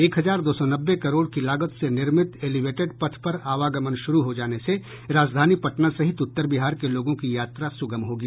एक हजार दो सौ नब्बे करोड़ की लागत से निर्मित एलिवेटेड पथ पर आवागमन शुरू हो जाने से राजधानी पटना सहित उत्तर बिहार के लोगों की यात्रा सुगम होगी